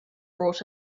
brought